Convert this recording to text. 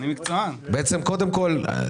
קודם כל,